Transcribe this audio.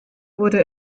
wurde